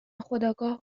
خودآگاه